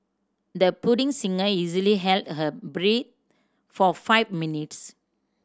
the budding singer easily held her breath for five minutes